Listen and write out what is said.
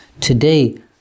Today